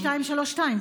כביש 232,